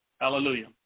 hallelujah